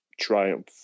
Triumph